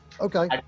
Okay